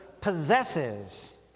possesses